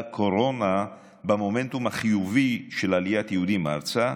הקורונה פגעה במומנטום החיובי של עליית יהודים ארצה,